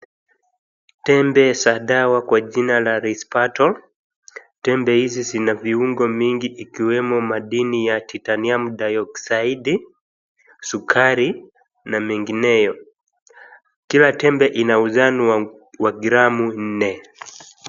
Tembe za dawa kwa jina la Risperdal, tembe hizi zina viungo mingi ikiwemo madini ya titaniamu dioxaidi , sukari, na mengineyo. Kila tembe una uzani wa, wa gramu nne.